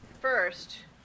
First